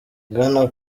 bwana